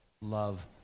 love